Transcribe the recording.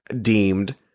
deemed